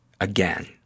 Again